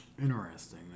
Interesting